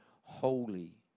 holy